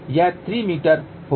वह 3 मीटर होगा